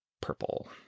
purple